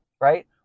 right